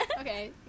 Okay